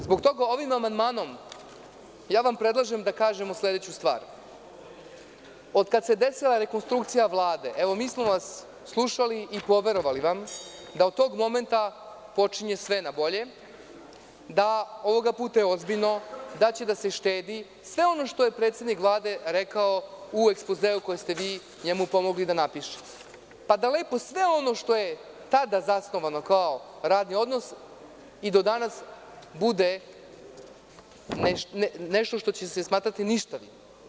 Zbog toga ovim amandmanom ja vam predlažem da kažemo sledeću stvar – od kad se desila rekonstrukcija Vlade, evo, mi smo vas slušali i poverovali vam da od tog momenta počinje sve na bolje, da je ovoga puta ozbiljno, da će da se štedi, sve ono što je predsednik Vlade rekao u ekspozeu koji ste vi njemu pomogli da napiše, pa da lepo sve ono što je tada zasnovano kao radni odnos i do danas bude nešto što će se smatrati ništavim.